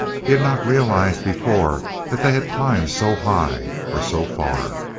he had not realized before that they had climbed so high or so far.